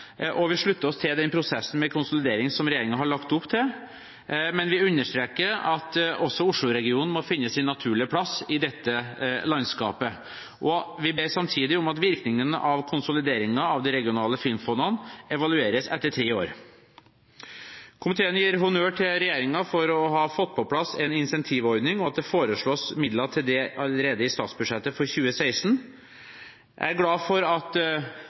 oss til den prosessen med konsolidering som regjeringen har lagt opp til, men vi understreker at også Oslo-regionen må finne sin naturlige plass i dette landskapet. Vi ber samtidig om at virkningene av konsolideringen av de regionale filmfondene evalueres etter tre år. Komiteen gir honnør til regjeringen for å ha fått på plass en incentivordning, og at det foreslås midler til det allerede i statsbudsjettet for 2016. Jeg er glad for at